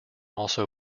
also